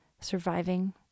surviving